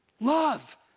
love